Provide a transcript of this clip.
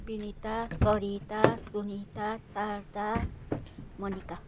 Binita Sarita Sunita Sarada Manika